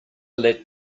let